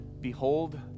behold